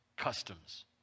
Customs